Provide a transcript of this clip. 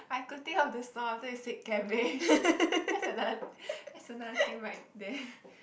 I thinking how to sound after you said cabbage it's another it's another thing right there